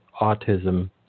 autism